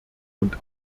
und